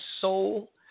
soul